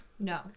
No